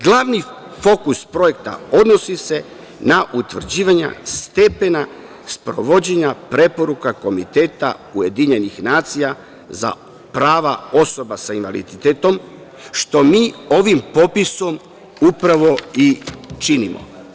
Glavni fokus projekta odnosi se na utvrđivanje stepena sprovođenja preporuka Komiteta UN za prava osoba sa invaliditetom, što mi ovim popisom upravo i činimo.